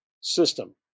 system